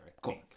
cool